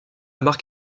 marque